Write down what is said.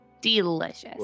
Delicious